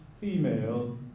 female